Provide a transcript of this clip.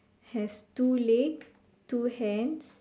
has two leg two hands